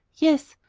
yes.